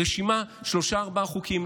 רשימה של שלושה-ארבעה חוקים,